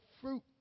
fruit